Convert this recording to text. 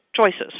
choices